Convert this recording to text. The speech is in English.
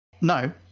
No